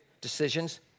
decisions